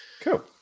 Cool